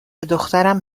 دخترم